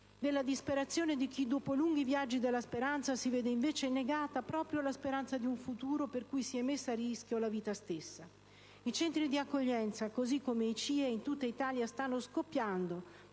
della disperazione di chi, dopo lunghi viaggi della speranza, si vede invece negata proprio la speranza di un futuro per cui si è messa a rischio la vita stessa. I Centri di accoglienza, così come i CIE, in tutta Italia stanno scoppiando